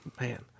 Man